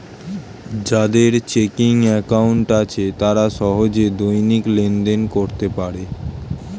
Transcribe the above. যাদের checking account আছে তারা সহজে দৈনিক লেনদেন করতে পারে